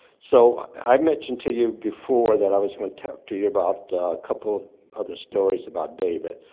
so i've mentioned to you before that i was going to talk to you about a couple other stories about david.